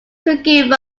forgive